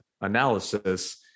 analysis